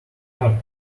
car